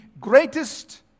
greatest